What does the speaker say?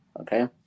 okay